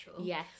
Yes